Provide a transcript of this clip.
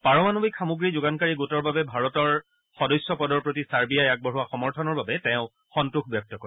পাৰমাণৱিক সামগ্ৰী যোগানকাৰী গোটৰ বাবে ভাৰতৰ সদস্য পদৰ প্ৰতি ছাৰ্বিয়াই আগবঢ়োৱা সমৰ্থনৰ বাবে তেওঁ সন্তোষ ব্যক্ত কৰে